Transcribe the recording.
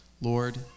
Lord